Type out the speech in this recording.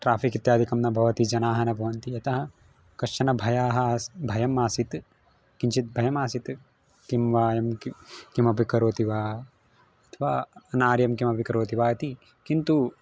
traffic इत्यादिकं न भवति जनाः न भवन्ति यतः कश्चन भयः आसं भयम् आसीत् किञ्चित् भयमासित् किं वा अयं कि किमपि करोति वा अथवा अनार्यं किमपि करोति वा इति किन्तु